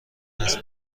است